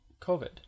COVID